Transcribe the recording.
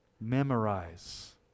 Memorize